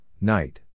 night